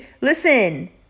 listen